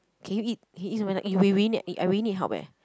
can you eat can you eat so many eh we we need eh we need help leh